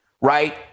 right